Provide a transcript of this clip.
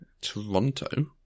Toronto